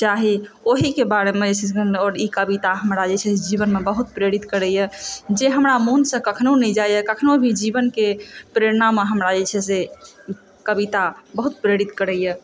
चाही ओहिके बारेमे जे छै से ई कविता हमरा जे छै से जीवनमे बहुत प्रेरित करयए जे हमरा मनसँ कखनो नहि जाइए कखनो भी जीवनके प्रेरणामे हमरा जे छै कविता हमरा बहुत प्रेरित करयए